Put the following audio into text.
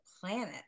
planet